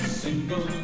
single